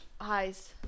Highs